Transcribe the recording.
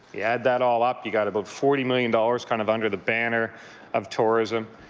you add that all up, you got about forty million dollars kind of under the banner of tourism.